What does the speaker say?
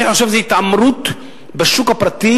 אני חושב שזאת התעמרות בשוק הפרטי